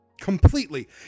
Completely